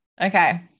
Okay